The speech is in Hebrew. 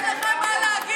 אני רוצה לומר עוד דבר.